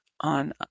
on